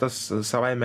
tas savaime